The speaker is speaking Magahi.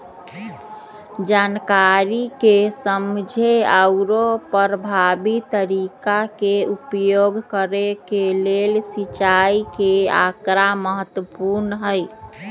जनकारी के समझे आउरो परभावी तरीका के उपयोग करे के लेल सिंचाई के आकड़ा महत्पूर्ण हई